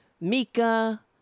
Mika